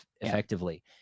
effectively